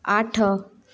ଆଠ